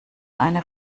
eine